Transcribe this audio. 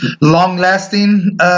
long-lasting